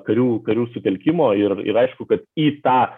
karių karių sutelkimo ir ir aišku kad į tą